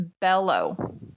bellow